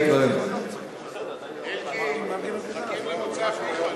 מחכים למוצא פיך.